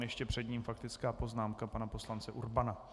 Ještě před ním faktická poznámka pana poslance Urbana.